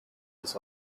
his